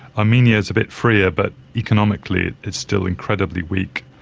armenia is a bit freer but economically it's still incredibly weak,